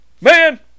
Man